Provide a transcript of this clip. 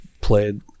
played